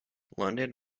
london